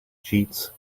sheets